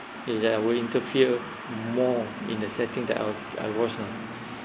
is that I will interfere more in the setting that I I was lah